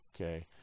Okay